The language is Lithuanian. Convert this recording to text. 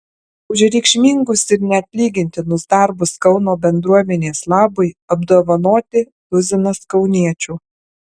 už reikšmingus ir neatlygintinus darbus kauno bendruomenės labui apdovanoti tuzinas kauniečių